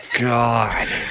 God